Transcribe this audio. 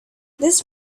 this